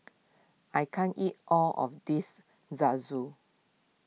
I can't eat all of this Zosui